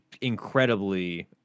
incredibly